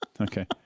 okay